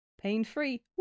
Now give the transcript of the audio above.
pain-free